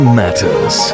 matters